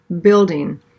building